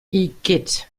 igitt